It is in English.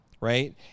right